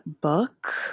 book